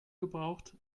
gebraucht